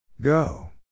Go